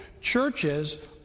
churches